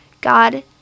God